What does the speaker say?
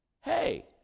hey